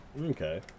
Okay